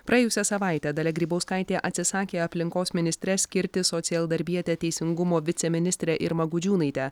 praėjusią savaitę dalia grybauskaitė atsisakė aplinkos ministre skirti socialdarbietę teisingumo viceministrę irmą gudžiūnaitę